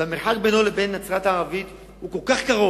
שהמרחק בינו לבין נצרת הערבית הוא כל כך קטן.